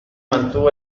mantuvo